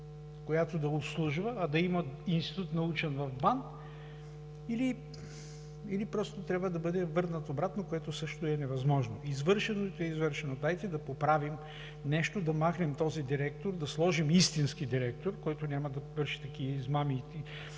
която да го обслужва, а да има научен институт в БАН, или просто трябва да бъде върнат обратно, което също е невъзможно. Извършеното е извършено! Дайте да поправим нещо, да махнем този директор, да сложим истински директор, който няма да върши измами